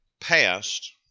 passed